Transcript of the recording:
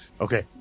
Okay